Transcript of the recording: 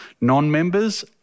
non-members